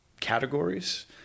categories